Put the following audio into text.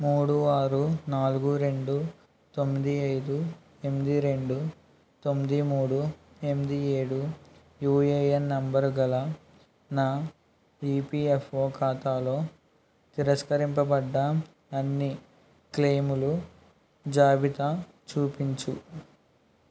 మూడు ఆరు నాలుగు రెండు తొమ్మిది ఐదు ఎనిమిది రెండు తొమ్మిది మూడు ఎనిమిది ఏడు యుఏఎన్ నంబరు గల నా ఈపీఎఫ్ఓ ఖాతాలో తిరస్కరించబడ్డ అన్ని క్లెయిముల జాబితా చూపించు